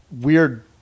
weird